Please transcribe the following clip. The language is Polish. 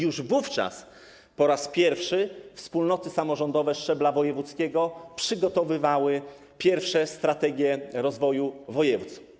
Już wówczas po raz pierwszy wspólnoty samorządowe szczebla wojewódzkiego przygotowywały pierwsze strategie rozwoju województw.